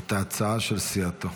את ההצעה של סיעתו.